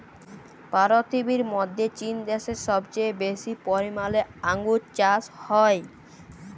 পীরথিবীর মধ্যে চীন দ্যাশে সবচেয়ে বেশি পরিমালে আঙ্গুর চাস হ্যয়